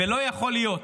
ולא יכול להיות,